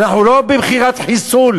אנחנו לא במכירת חיסול